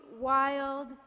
wild